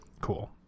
Cool